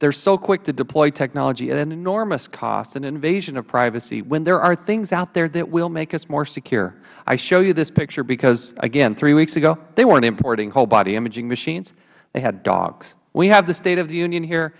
they are so quick to deploy technology at an enormous cost at invasion of privacy when there are things out there that will make us more secure i show you this picture because again three years ago they weren't importing whole body imaging machines they had dogs when we had the state of the union here